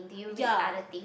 ya